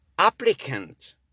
applicant